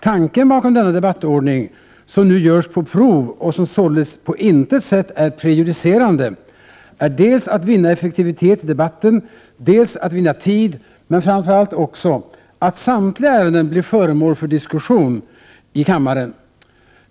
Tanken bakom denna debattordning, som nu görs på prov och som således på intet sätt är prejudicerande, är dels att vinna effektivitet i debatten, dels att vinna tid men framför allt också, att samtliga ärenden blir föremål för diskussion i kammaren.